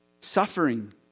suffering